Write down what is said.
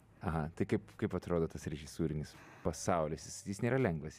aha tai kaip kaip atrodo tas režisūrinis pasaulis jis jis nėra lengvas